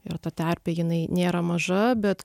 ir ta terpė jinai nėra maža bet